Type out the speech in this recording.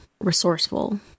resourceful